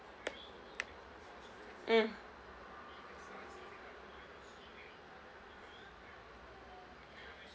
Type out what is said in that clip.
mm